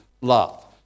love